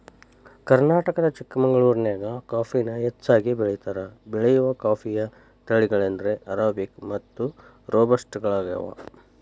ಕರ್ನಾಟಕದ ಚಿಕ್ಕಮಗಳೂರಿನ್ಯಾಗ ಕಾಫಿನ ಹೆಚ್ಚಾಗಿ ಬೆಳೇತಾರ, ಬೆಳೆಯುವ ಕಾಫಿಯ ತಳಿಗಳೆಂದರೆ ಅರೇಬಿಕ್ ಮತ್ತು ರೋಬಸ್ಟ ಗಳಗ್ಯಾವ